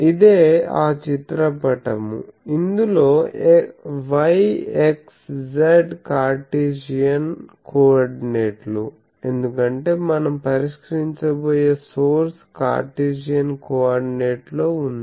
ఇదే ఆ చిత్ర పటము ఇందులో y x z కార్టేసియన్ కోఆర్డినేట్లు ఎందుకంటే మనం పరిష్కరించబోయే సోర్స్ కార్టేసియన్ కోఆర్డినేట్లో ఉంది